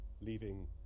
leaving